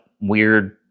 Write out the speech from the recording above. weird